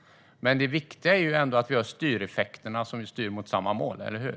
Det viktiga är ändå att vi har styreffekterna, som ju styr åt samma mål, eller hur?